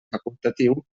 facultatiu